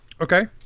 Okay